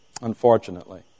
unfortunately